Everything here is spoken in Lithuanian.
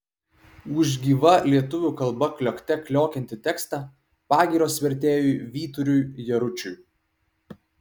už gyva lietuvių kalba kliokte kliokiantį tekstą pagyros vertėjui vyturiui jaručiui